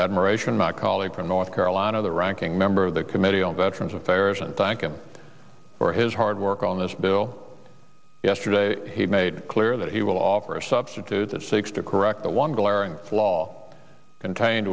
admiration my colleague from north carolina the ranking member of the committee on veterans affairs and thank him for his hard work on this bill yesterday he made it clear that he will offer a substitute that seeks to correct the one glaring flaw contained